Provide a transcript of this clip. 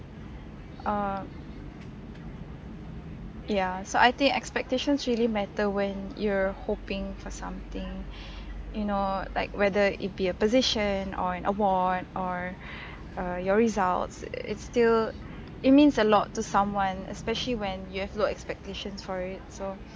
uh ya so I think expectations really matter when you're hoping for something you know like whether it be a position or an award or uh your results it still it means a lot to someone especially when you have low expectations for it so